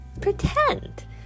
Pretend